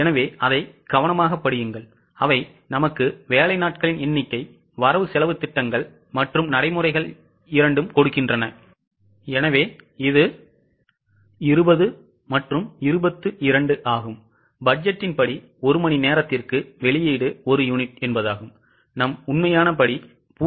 எனவே அதை கவனமாகப் படியுங்கள் அவை நமக்கு வேலை நாட்களின் எண்ணிக்கை வரவுசெலவுத்திட்டங்கள் மற்றும் நடைமுறைகள் இரண்டும் கொடுக்கின்றன இது 20 மற்றும் 22 ஆகும் பட்ஜெட்டின் படி ஒரு மணி நேரத்திற்கு வெளியீடு 1 யூனிட் நம் உண்மையான படி 0